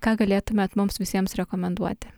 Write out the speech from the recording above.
ką galėtumėt mums visiems rekomenduoti